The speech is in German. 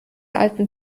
alten